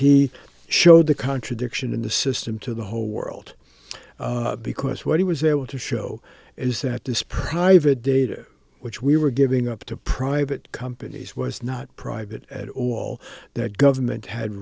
he showed the contradiction in the system to the whole world because what he was able to show is that this private data which we were giving up to private companies was not private at all that government had